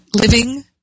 Living